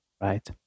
right